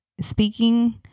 Speaking